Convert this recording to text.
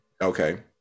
Okay